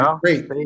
Great